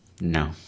no